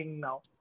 now